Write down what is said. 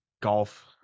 golf